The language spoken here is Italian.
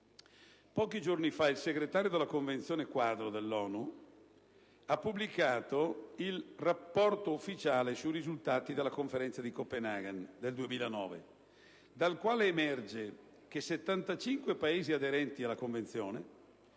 Pochi giorni fa il Segretariato della Convenzione quadro dell'ONU ha pubblicato il rapporto ufficiale sui risultati della Conferenza di Copenaghen del dicembre 2009, dal quale emerge che 75 Paesi aderenti alla Convenzione